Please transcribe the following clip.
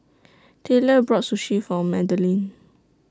Tayler bought Sushi For Madilyn